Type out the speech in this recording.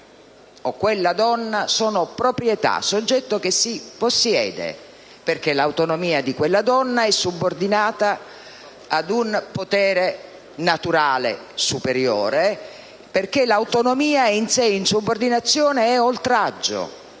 quelle donne o quella donna sono proprietà, soggetto che si possiede; perché l'autonomia di quella donna è subordinata ad un potere naturale superiore; perché l'autonomia è in sé insubordinazione e oltraggio;